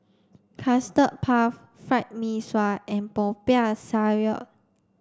custard puff fried Mee Sua and Popiah Sayur